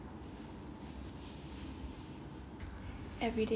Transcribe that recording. ya 我是觉得将来 right when I work hor